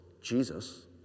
Jesus